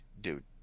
Dude